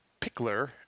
Pickler